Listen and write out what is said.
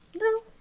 No